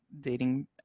dating